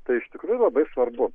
tai iš tikrųjų labai svarbu